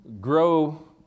grow